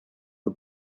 the